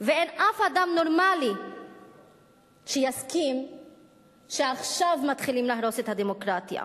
ואין אף אדם נורמלי שיסכים שעכשיו מתחילים להרוס את הדמוקרטיה.